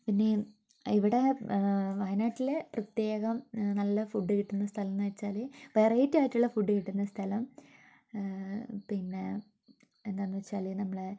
പിന്നെ ഈ ഇവിടെ വയനാട്ടിൽ പ്രത്യേകം നല്ല ഫുഡ് കിട്ടുന്ന സ്ഥലം എന്നു വച്ചാൽ വെറൈറ്റി ആയിട്ടുള്ള ഫുഡ് കിട്ടുന്ന സ്ഥലം പിന്നെ എന്താണെന്നു വച്ചാൽ നമ്മളെ